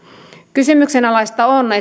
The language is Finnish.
kysymyksenalaista on